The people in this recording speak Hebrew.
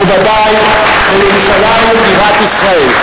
מכובדי, לירושלים בירת ישראל,